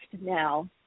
now